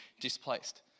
displaced